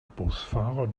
busfahrer